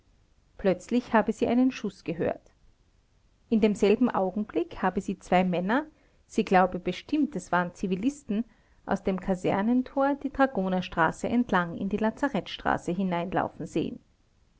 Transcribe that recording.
plötzlich habe sie einen schuß gehört in demselben augenblick habe sie zwei männer sie glaube bestimmt es waren zivilisten aus dem kasernentor die dragonerstraße entlang in die lazarettstraße hineinlaufen sehen